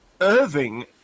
Irving